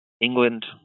England